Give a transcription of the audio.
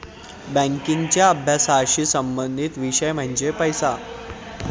बँकिंगच्या अभ्यासाशी संबंधित विषय म्हणजे पैसा